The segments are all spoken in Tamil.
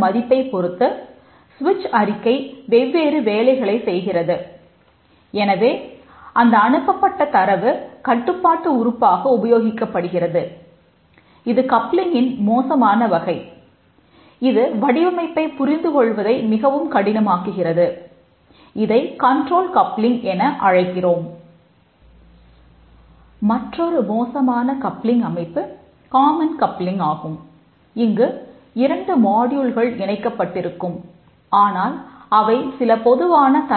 மற்றுமொரு மோசமான கப்ளிங் எனக்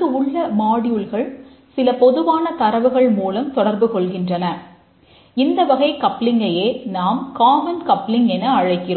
கூறுகிறோம்